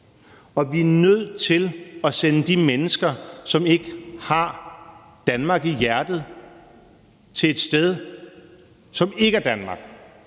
Vi er nødt til at sende de mennesker, som ikke har Danmark i hjertet, til et sted, som ikke er Danmark.